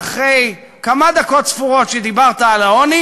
אחרי כמה דקות ספורות שדיברת על העוני